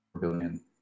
billion